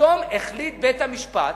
פתאום החליט בית-המשפט,